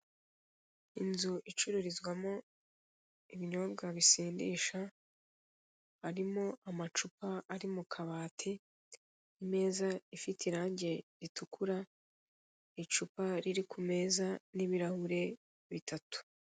Inzu icururizwamo ibinyobwa bisindisha, harimo amacupa ari mu kabati, imeza ifite irangi ritukura, icupa iri kumeza n'ibirahure bitatu.